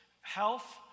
health